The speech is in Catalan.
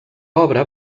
obra